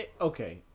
Okay